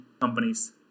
companies